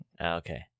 Okay